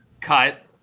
cut